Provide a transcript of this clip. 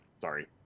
sorry